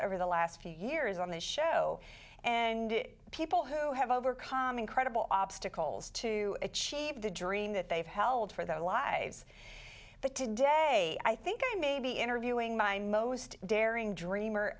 s over the last few years on this show and it people who have overcome incredible obstacles to achieve the dream that they've held for their lives but today i think i may be interviewing my most daring dream